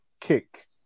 Kick